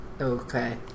Okay